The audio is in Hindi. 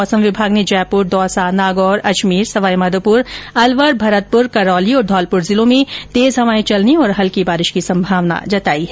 मौसम विभाग ने जयपुर दौसा नागौर अजमेर सावाईमाघोपुर अलवर भरतपुर करौली और घौलपुर जिलों में तेज हवाएं चलने तथा हल्की बारिश की संभावना जताई है